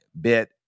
bit